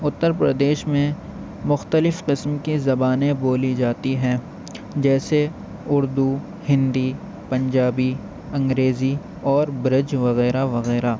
اتر پردیش میں مختلف قسم کی زبانیں بولی جاتی ہیں جیسے اردو ہندی پنجابی انگریزی اور برج وغیرہ وغیرہ